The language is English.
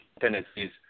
tendencies